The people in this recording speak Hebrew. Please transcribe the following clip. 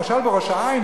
למשל בראש-העין,